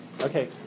Okay